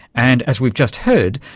and as we've just heard,